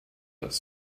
das